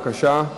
בבקשה.